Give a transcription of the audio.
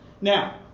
Now